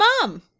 Mom